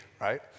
right